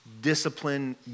discipline